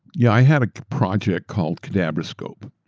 yeah, i had a project called kadabrascope.